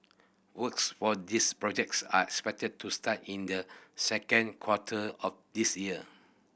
works for these projects are expected to start in the second quarter of this year